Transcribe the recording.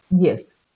Yes